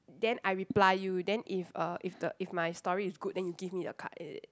then I reply you then if uh if the if my story is good then you give me the card is it